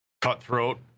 cutthroat